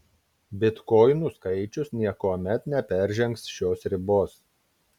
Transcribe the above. bitkoinų skaičius niekuomet neperžengs šios ribos